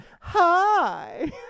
hi